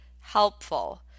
Helpful